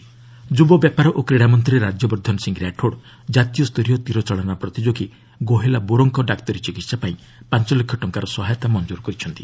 ସ୍କୋଟସ୍ minister ଯୁବ ବ୍ୟାପାର ଓ କ୍ରୀଡ଼ା ମନ୍ତ୍ରୀ ରାଜ୍ୟବର୍ଦ୍ଧନ ସିଂ ରାଠୋଡ୍ ଜାତୀୟ ସ୍ତରୀୟ ତୀର ଚାଳନା ପ୍ରତିଯୋଗୀ ଗୋହେଲା ବୋରୋଙ୍କ ଡାକ୍ତରୀ ଚିକିତ୍ସା ପାଇଁ ପାଞ୍ଚ ଲକ୍ଷ୍ୟ ଟଙ୍କାର ସହାୟତା ମଞ୍ଜୁର କରିଛନ୍ତି